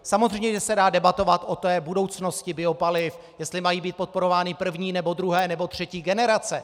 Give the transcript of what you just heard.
Samozřejmě se dá debatovat o budoucnosti biopaliv, jestli mají být podporovány první nebo druhé nebo třetí generace.